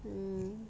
mm